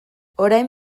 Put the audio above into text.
orain